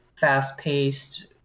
fast-paced